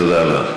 תודה רבה.